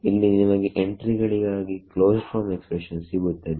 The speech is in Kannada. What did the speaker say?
ಇಲ್ಲಿ ನಿಮಗೆ ಎಂಟ್ರಿಗಳಿಗಾಗಿ ಕ್ಲೋಸ್ಡ್ ಫಾರ್ಮ್ ಎಕ್ಸ್ಪ್ರೆಷನ್ ಸಿಗುತ್ತದೆ